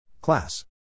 Class